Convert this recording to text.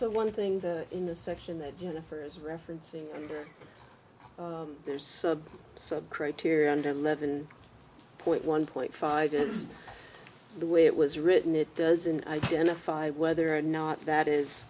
so one thing the in the section that jennifer is referencing under there's some criteria under levon point one point five is the way it was written it doesn't identify whether or not that is